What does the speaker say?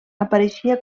apareixia